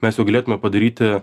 mes jau galėtume padaryti